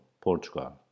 Portugal